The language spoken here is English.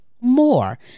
More